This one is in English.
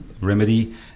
remedy